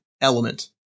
element